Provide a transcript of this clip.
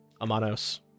Amanos